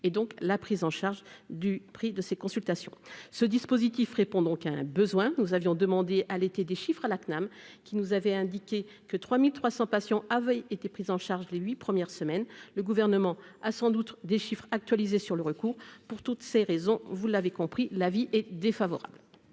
et donc la prise en charge du prix de ces consultations, ce dispositif répond donc à un besoin, nous avions demandé à l'été, des chiffres à la CNAM, qui nous avait indiqué que 3300 patients avaient été pris en charge les 8 premières semaines le gouvernement a sans doute des chiffres actualisés sur le recours pour toutes ces raisons, vous l'avez compris l'avis est défavorable.